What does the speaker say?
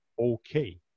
okay